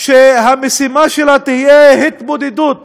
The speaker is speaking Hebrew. שהמשימה שלה תהיה התמודדות